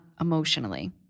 emotionally